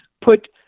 put